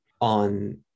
on